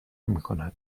میکند